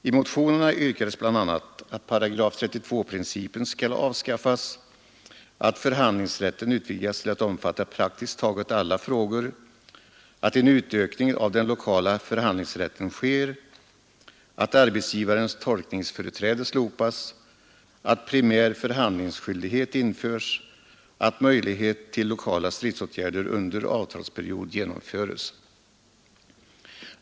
I motionerna yrkades bl.a. att § 32-principen skall avskaffas, att förhandlingsrätten utvidgas till att omfatta praktiskt taget alla frågor, att en utökning av den lokala förhandlingsrätten sker, att arbetsgivarens tolkningsföreträde slopas, att primär förhandlingsskyldighet införs samt att möjlighet till lokala stridsåtgärder under avtalsperiod genomföres.